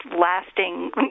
lasting